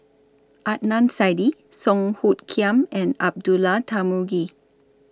Adnan Saidi Song Hoot Kiam and Abdullah Tarmugi